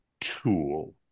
tool